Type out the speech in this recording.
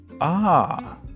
Ah